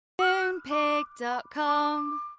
Moonpig.com